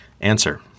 Answer